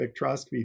spectroscopy